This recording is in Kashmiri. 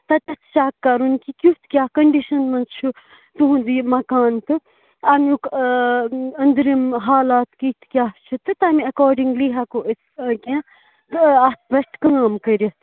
تَتٮ۪تھ چَک کَرُن کہِ کیُتھ کیٛاہ کٔنٛڈِشَن منٛز چھُ تُہُنٛد یہِ مکان تہِ اَمیُک أنٛدرِم حالات کِتھۍ کیٛاہ چھِ تہٕ تَمہِ اٮ۪کاڈِنٛگلی ہٮ۪کو أسۍ أ کیٚنٛہہ تہٕ اَتھ پٮ۪ٹھ کٲم کٔرِتھ